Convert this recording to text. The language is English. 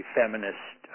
feminist